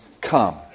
come